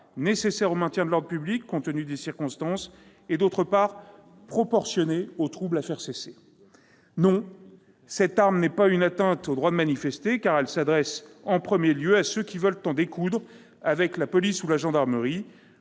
nécessaire au maintien de l'ordre public compte tenu des circonstances, et, d'autre part, proportionnée au trouble à faire cesser ». Non, cette arme n'est pas une atteinte au droit de manifester ! Elle s'adresse, en premier lieu, à ceux qui veulent en découdre avec la police ou la gendarmerie,